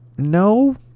No